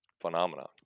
phenomenon